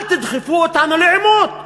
אל תדחפו אותנו לעימות.